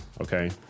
okay